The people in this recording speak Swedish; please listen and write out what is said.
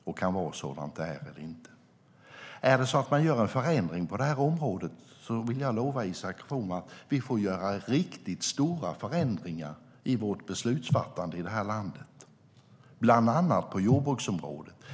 Om man gör en förändring på det här området vill jag lova Isak From att vi får göra riktigt stora förändringar i vårt beslutsfattande i det här landet, bland annat på jordbruksområdet.